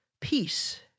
peace